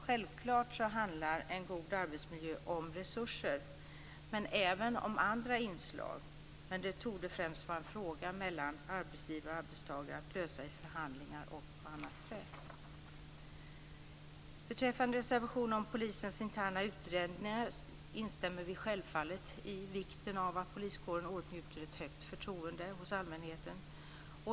Självfallet handlar en god arbetsmiljö om resurser men även om andra inslag, men det torde främst vara en fråga mellan arbetsgivare och arbetstagare att lösa i förhandlingar och på annat sätt. Beträffande reservationen om polisens interna utredningar instämmer vi självfallet i vikten av att poliskåren åtnjuter ett stort förtroende hos allmänheten.